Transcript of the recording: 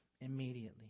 immediately